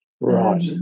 Right